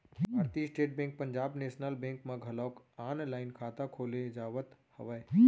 भारतीय State Bank Punjab National Bank म घलोक ऑनलाईन खाता खोले जावत हवय